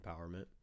empowerment